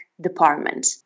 department